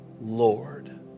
Lord